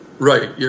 Right